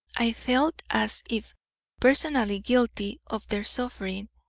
i felt as if personally guilty of their suffering,